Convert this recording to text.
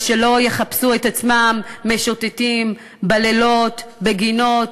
ושלא יחפשו את עצמם כשהם משוטטים בלילות בגינות,